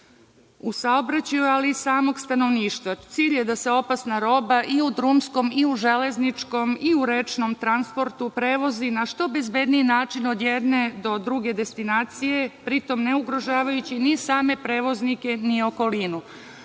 u saobraćaju ali i samog stanovništva. Cilj je da se opasna roba i u drumskom i u železničkom i u rečnom transportu prevozi na što bezbedniji način od jedne do druge destinacije, pri tom ne ugrožavajući same prevoznike ni okolinu.